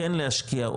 כן להשקיע,